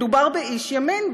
מדובר באיש ימין,